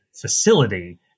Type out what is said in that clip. facility